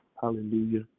Hallelujah